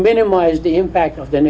minimize the impact of the